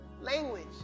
language